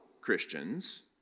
Christians